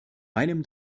meinem